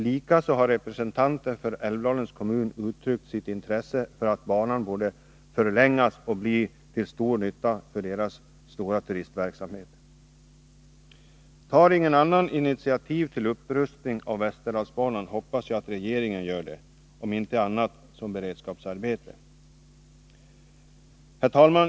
Likaså har representanter för Älvdalens kommun uttryckt sitt intresse för att banan borde förlängas och bli till stor nytta för kommunens stora turistverksamhet. Tar ingen annan initiativ till upprustning av västerdalsbanan, hoppas jag regeringen gör det — om inte annat som beredskapsarbete. Herr talman!